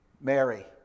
Mary